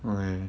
okay